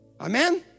Amen